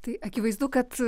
tai akivaizdu kad